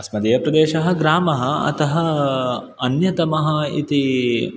अस्मदीयप्रदेशः ग्रामः अतः अन्यतमः इति